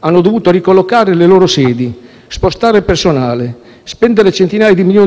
hanno dovuto ricollocare le loro sedi, spostare personale, spendere centinaia di milioni di euro per contrastare questa situazione.